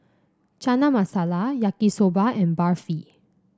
Chana Masala Yaki Soba and Barfi